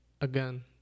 again